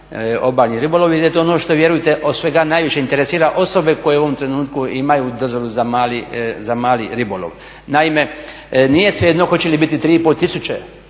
obalni ribolov ili je to ono što vjerujte od svega najviše interesira osobe koje u ovom trenutku imaju dozvolu za mali ribolova. Naime, nije svejedno hoće li biti 3 500